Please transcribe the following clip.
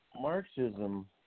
Marxism